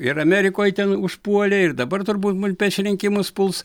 ir amerikoj ten užpuolė ir dabar turbūt mul prieš rinkimus puls